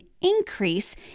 increase